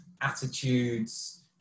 attitudes